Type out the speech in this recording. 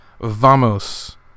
Vamos